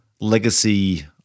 legacy